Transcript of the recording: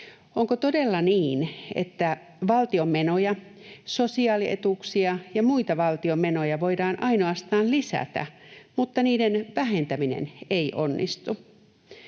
Onko todella niin, että valtion menoja, sosiaalietuuksia ja muita valtion menoja, voidaan ainoastaan lisätä, mutta niiden vähentäminen ei onnistu?